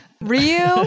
Ryu